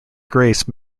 grace